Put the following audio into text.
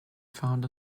found